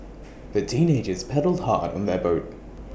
the teenagers paddled hard on their